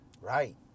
Right